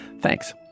Thanks